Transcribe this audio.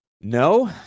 No